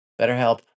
BetterHelp